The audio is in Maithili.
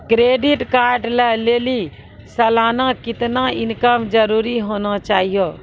क्रेडिट कार्ड लय लेली सालाना कितना इनकम जरूरी होना चहियों?